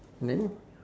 then